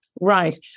Right